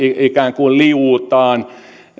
ikään kuin liuutaan